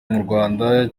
murwanda